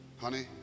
honey